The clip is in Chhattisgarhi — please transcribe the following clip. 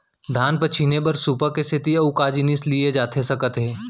धान पछिने बर सुपा के सेती अऊ का जिनिस लिए जाथे सकत हे?